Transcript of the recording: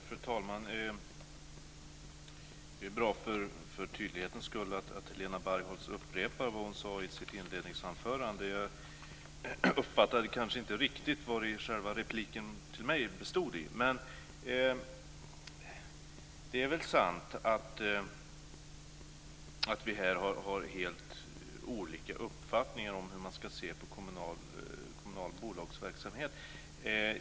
Fru talman! Det är bra att Helena Bargholtz för tydlighetens skull upprepar vad hon sade i sitt inledningsanförande. Jag uppfattade kanske inte riktigt vad själva repliken till mig bestod i. Men det är väl sant att vi har helt olika uppfattningar om hur man ska se på kommunal bolagsverksamhet.